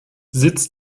sitz